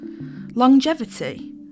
longevity